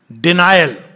Denial